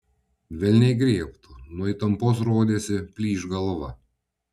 velniai griebtų nuo įtampos rodėsi plyš galva